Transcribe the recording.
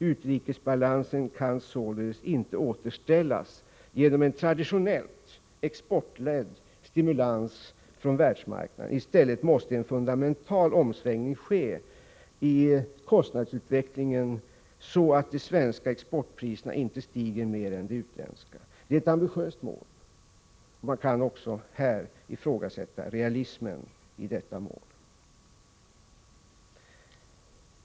Utrikesbalansen kan således inte återställas genom en traditionellt exportledd stimulans från världsmarknaden. I stället måste en fundamental omsvängning ske i kostnadsutvecklingen, så att de svenska exportpriserna inte stiger mer än de utländska. Det är ett ambitiöst mål, och man kan också här ifrågasätta realismen i målet.